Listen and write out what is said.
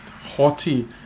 haughty